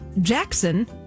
Jackson